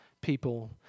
people